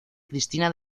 cristina